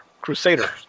Crusader